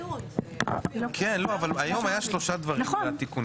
אבל היום היו שלושה דברים בתיקונים.